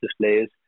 displays